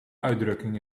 uitdrukking